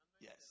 Yes